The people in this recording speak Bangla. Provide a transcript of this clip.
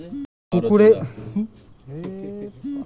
পুকুরে বা নদীতে এক রকমের শক্ত জাল ফেলে মাছ ধরে